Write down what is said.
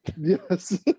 Yes